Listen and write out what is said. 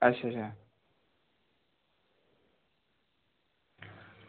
अच्छा अच्छा